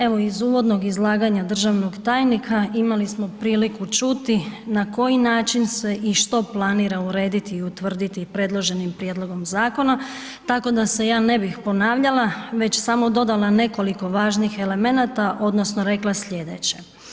Evo, iz uvodnog izlaganja državnog tajnika imali smo priliku čuti na koji način se i što planira urediti i utvrditi predloženim prijedlogom zakona tako da se ja ne bih ponavljala već samo dodala nekoliko važnih elemenata odnosno rekla slijedeće.